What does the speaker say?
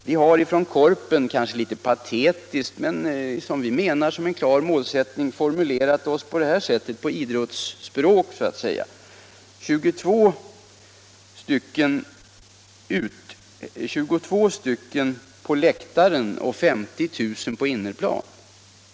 Vi har inom Korpen kanske litet patetiskt formulerat en målsättning på idrottsspråk: 22 på läktaren och 50 000 på innerplan.